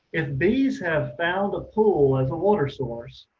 if bees have found a pool of water source,